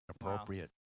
appropriate